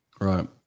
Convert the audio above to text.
Right